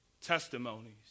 testimonies